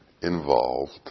involved